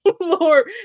Lord